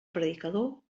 predicador